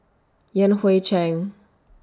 Yan Hui Chang